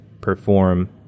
perform